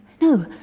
No